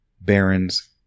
barons